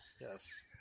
Yes